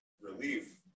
relief